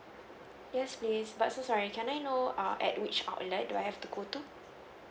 yes please but so sorry can I know err at which outlet do I have to go to